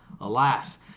alas